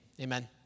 Amen